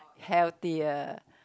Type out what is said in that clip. healthier